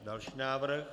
Další návrh?